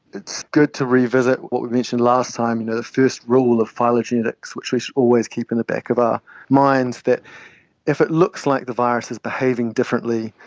it's good to revisit what we mentioned last time, you know, the first rule of phylogenetics which we should always keep in the back of our minds, that if it looks like the virus is behaving differently,